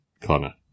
Connor